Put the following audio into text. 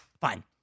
Fine